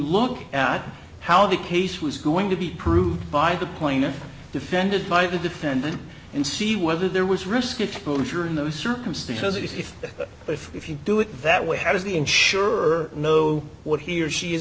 look at how the case was going to be proved by the plaintiff defended by the defendant and see whether there was risk exposure in those circumstances if if if you do it that way how does the insured know what he or she is